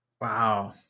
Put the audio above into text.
Wow